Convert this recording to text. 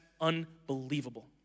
unbelievable